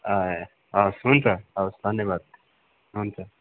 ए हवस् हुन्छ हवस् धन्यवाद